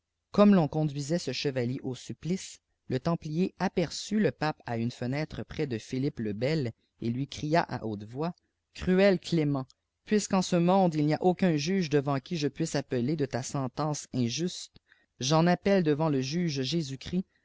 comme l'on conduisait ce chevalier au sùppuce le templier aperçut le pape à une fenêtre près de philippele bel et lui cria à haute voix a cruel clément puisqu'en ce monde il n'y a aucun juçe devant qui je puisse appeler de ta sentence injuste j'en appelle devant le juge